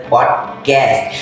Podcast